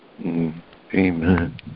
Amen